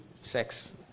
sex